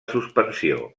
suspensió